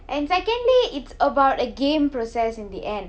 and secondly it's about a game process in the end